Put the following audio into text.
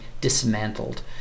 dismantled